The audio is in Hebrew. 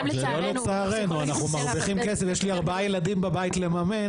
זה לא "לצערנו", יש לי ארבעה ילדים לממן בבית.